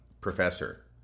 professor